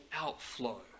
outflow